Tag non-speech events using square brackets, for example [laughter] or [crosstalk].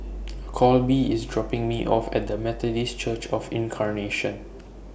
[noise] Colby IS dropping Me off At The Methodist Church of Incarnation